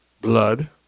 blood